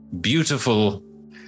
beautiful